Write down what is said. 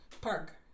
park